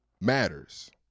matters